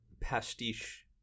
pastiche